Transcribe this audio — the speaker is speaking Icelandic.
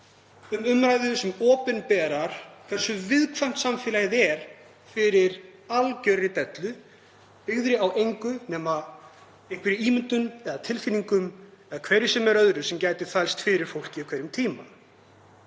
um umræðu sem opinberar hversu viðkvæmt samfélagið er fyrir algerri dellu byggðri á engu nema ímyndun eða tilfinningum eða hverju sem er öðru sem getur þvælst fyrir fólki á hverjum tíma.